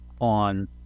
on